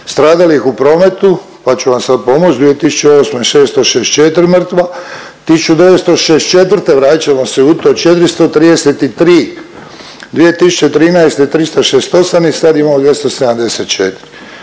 stradalih u prometu pa ću vam sada pomoć 2008. 664 mrtva, 1964. vratit ćemo se u to 433, 2013. 368 i sad imamo 274.